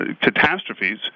catastrophes